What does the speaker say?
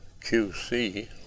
QC